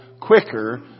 quicker